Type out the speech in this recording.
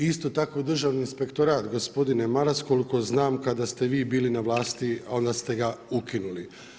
Isto tako državni inspektorat gospodine Maras, koliko znam kada ste vi bili na vlasti, onda ste ga ukinuli.